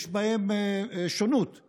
יש בהם שונות,